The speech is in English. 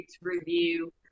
review